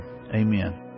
amen